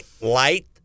Light